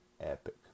epic